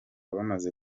bamaze